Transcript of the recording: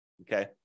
okay